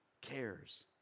cares